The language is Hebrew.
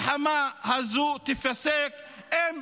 נתניהו יודע חד-משמעית שאם המלחמה הזו תיפסק -- למה להסית?